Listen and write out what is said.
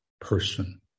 person